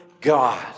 God